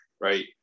right